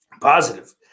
positive